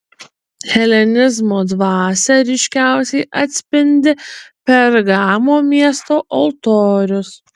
helenizmo dvasią ryškiausiai atspindi pergamo miesto altorius